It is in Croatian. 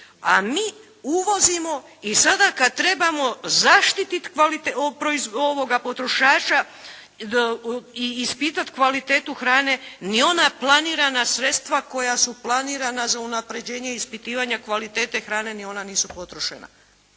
A mi uvozimo. I sada kad treba zaštitit potrošača i ispitati kvalitetu hrane ni ona planirana sredstva koja su planirana za unapređenje ispitivanja kvalitete hrane, ni ona nisu potrošena.